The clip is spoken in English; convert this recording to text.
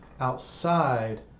outside